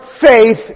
Faith